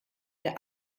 der